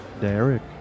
Derek